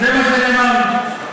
זה מה שנאמר לי.